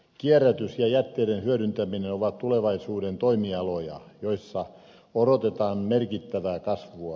kierrätys ja jätteiden hyödyntäminen ovat tulevaisuuden toimialoja joilla odotetaan merkittävää kasvua